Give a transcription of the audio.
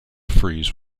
freeze